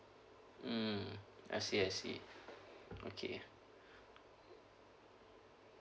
mm I see I see okay